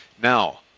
now